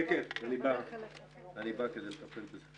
הישיבה ננעלה בשעה 11:30.